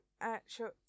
actual